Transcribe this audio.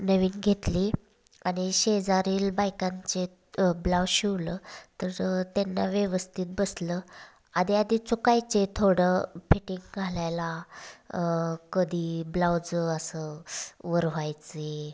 नवीन घेतली आणि शेजारील बायकांचे ब्लाऊज शिवलं तर त्यांना व्यवस्थित बसलं आधी आधी चुकायचे थोडं फिटिंग घालायला कधी ब्लाऊज असं वर व्हायचे